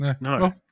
no